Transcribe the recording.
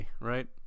right